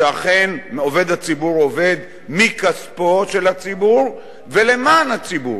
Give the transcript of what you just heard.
שאכן עובד הציבור עובד מכספו של הציבור ולמען הציבור,